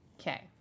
Okay